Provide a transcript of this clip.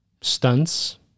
stunts